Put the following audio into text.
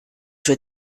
sua